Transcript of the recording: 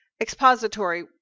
expository